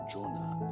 Jonah